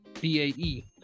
b-a-e